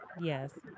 Yes